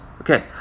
Okay